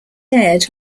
aired